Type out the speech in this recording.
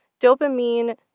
dopamine